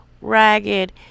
ragged